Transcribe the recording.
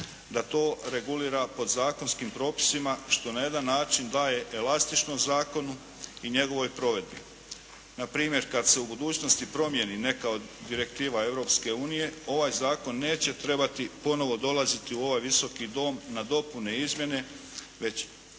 da to regulira podzakonskim propisima što na jedan način daje elastičnost zakonu i njegovoj provedbi. Na primjer, kad se u budućnosti promijeni neka od direktiva Europske unije ovaj zakon neće trebati ponovo dolaziti u ovaj Visoki dom na dopune i izmjene, već